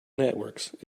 networks